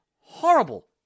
horrible